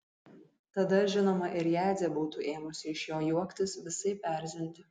tada žinoma ir jadzė būtų ėmusi iš jo juoktis visaip erzinti